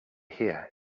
here